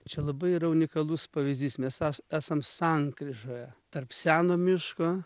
čia labai yra unikalus pavyzdys mes es esam sankryžoje tarp seno miško